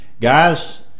Guys